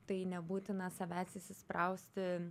tai nebūtina savęs įsisprausti